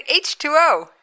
H2O